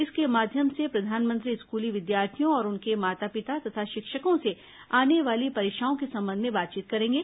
इसके माध्यम से प्रधानमंत्री स्कूली विद्यार्थियों और उनके माता पिता तथा शिक्षकों से आने वाली परीक्षाओं के संबंध में बातचीत करेंगे